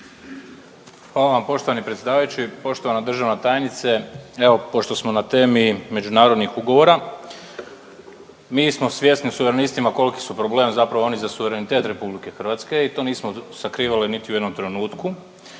Hvala vam poštovani predsjedavajući, poštovana državna tajnice. Evo, pošto smo na temi međunarodnih ugovora, mi smo svjesni suverenistima koliki su problemi zapravo oni za suverenitet RH i to nismo sakrivali niti u jednom trenutku.